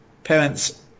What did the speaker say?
Parents